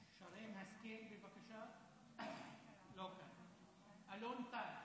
חבר הכנסת אלון טל,